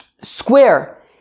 square